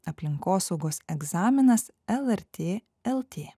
aplinkosaugos egzaminas lrt lt